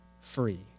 free